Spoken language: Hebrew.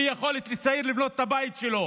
אי-יכולת של צעיר לבנות את הבית שלו